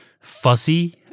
fuzzy